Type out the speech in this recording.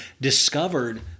discovered